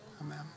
Amen